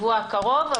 בשבוע הקרוב.